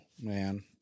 man